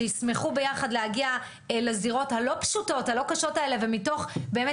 שישמחו ביחד להגיע לזירות הלא פשוטות האלה ומתוך באמת